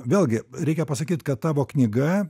vėlgi reikia pasakyt kad tavo knyga